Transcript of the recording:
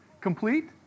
Complete